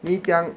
你讲